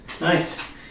nice